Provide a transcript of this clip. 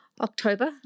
October